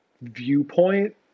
viewpoint